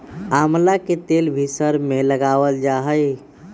आमला के तेल भी सर में लगावल जा हई